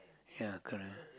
ya correct